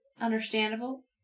Understandable